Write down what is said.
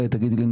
אולי תגידי לי,